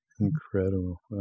Incredible